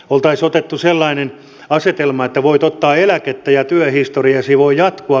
oltaisiin otettu sellainen asetelma että voit ottaa eläkettä ja työhistoriasi voi jatkua